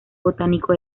botánico